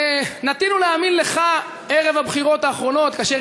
נטינו להאמין לך ערב הבחירות האחרונות כאשר